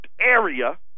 area